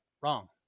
wrong